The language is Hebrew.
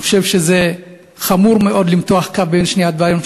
אני חושב שזה חמור מאוד למתוח קו בין שני הדברים.